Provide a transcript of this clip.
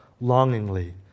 longingly